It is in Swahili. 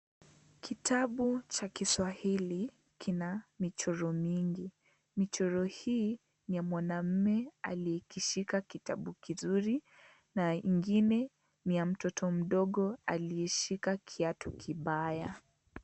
Kitabu cha kiswahili kina michoro mingi. Michoro hii ni ya mwanamme aleyekishika kitabu kizuri na ingine ni ya mtoto mdogo aliyeshika kiatu kibaya.